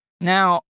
Now